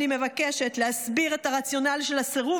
אני מבקשת להסביר את הרציונל של הסירוב